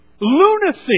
Lunacy